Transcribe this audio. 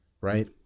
right